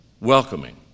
welcoming